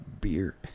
beer